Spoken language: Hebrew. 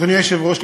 אדוני היושב-ראש,